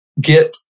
get